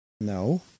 No